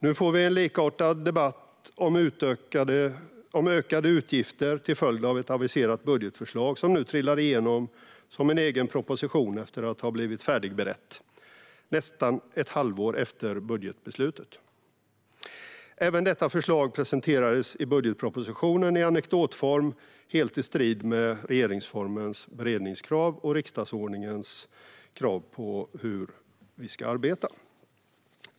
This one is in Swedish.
Nu får vi en likartad debatt om ökade utgifter till följd av ett aviserat budgetförslag som trillar ned som en egen proposition efter att ha blivit färdigberett nästan ett halvår efter budgetbeslutet. Även detta förslag presenterades i anekdotform i budgetpropositionen. Det är helt i strid med regeringsformens beredningskrav och riksdagsordningens krav på hur vi ska arbeta.